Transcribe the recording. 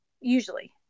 usually